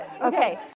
Okay